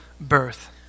birth